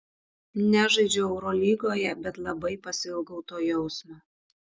nežaidžiu eurolygoje bet labai pasiilgau to jausmo